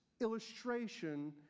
illustration